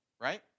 right